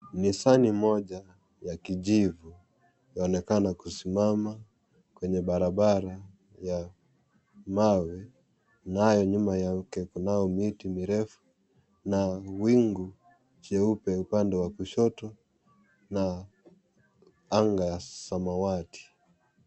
Nissan moja ya kijivu inaonekana kusimama kwa barabara ya mawe nayo nyuma yake kunayo miti mirefu na wingu cheupe upande wa kushoto na anga ya samawati.